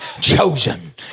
Chosen